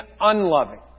unloving